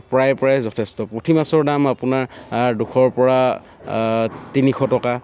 প্ৰায় প্ৰায় যথেষ্ট পুঠি মাছৰ দাম আপোনাৰ দুশৰ পৰা তিনিশ টকা